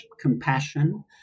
compassion